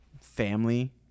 family